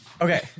Okay